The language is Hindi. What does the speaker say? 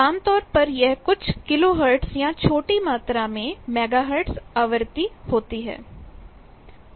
आमतौर पर यह कुछ किलोहर्ट्ज़ या छोटी मात्रा में मेगाहर्ट्ज़ आवृत्ति होती हैं